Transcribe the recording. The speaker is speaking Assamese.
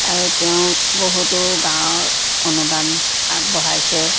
আৰু তেওঁ বহুতো গাঁৱৰ অনুদান আগবঢ়াইছে